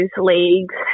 leagues